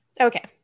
Okay